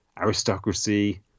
aristocracy